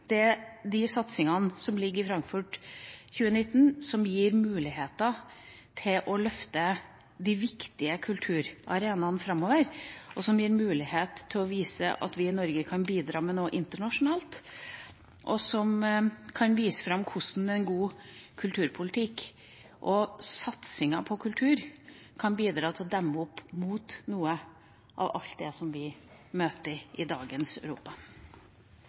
de satsingene som ligger i Frankfurt 2019, som gir mulighet til å løfte de viktige kulturarenaene framover, og som gir mulighet til å vise at vi i Norge kan bidra med noe internasjonalt, og vise fram hvordan en god kulturpolitikk og satsingen på kultur kan bidra til å demme opp for noe av alt det vi møter i dagens Europa.